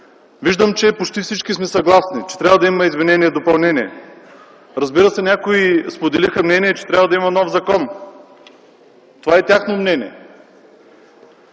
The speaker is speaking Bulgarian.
Виждам, че почти всички сме съгласни, че трябва да има изменение и допълнение. Някои споделиха мнение, че трябва да има нов закон. Това е тяхно мнение.